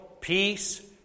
peace